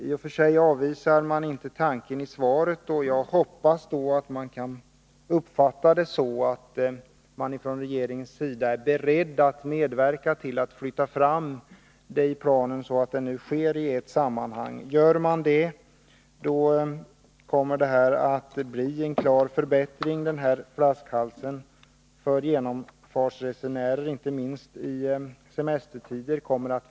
I och för sig avvisas inte den tanke jag framfört i svaret, och jag hoppas att man kan uppfatta det så, att regeringen är beredd att medverka till att flytta fram den aktuella vägsträckan i planen, så att byggnationen sker i ett sammanhang. Det skulle innebära en klar förbättring, och denna flaskhals för genomfartsresenärerna skulle försvinna, vilket är önskvärt inte minst i semestertider.